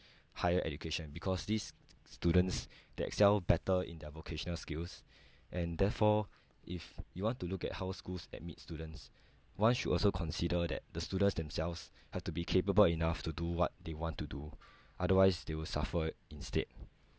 higher education because these students they excel better in their vocational skills and therefore if you want to look at how schools admit students one should also consider that the students themselves have to be capable enough to do what they want to do otherwise they will suffer instead